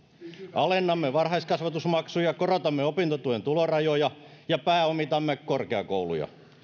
alennamme varhaiskasvatusmaksuja korotamme opintotuen tulorajoja ja pääomitamme korkeakouluja